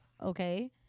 Okay